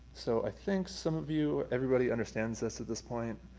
so i think some of you everybody understands this at this point.